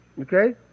okay